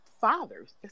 fathers